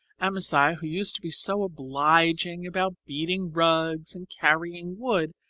amasai, who used to be so obliging about beating rugs and carrying wood,